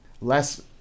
less